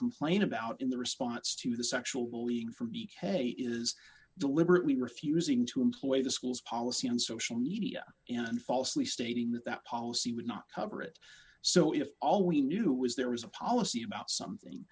complain about in the response to the sexually from each pay is deliberately refusing to employ the school's policy and social media and falsely stating that that policy would not cover it so if all we knew was there was a policy about something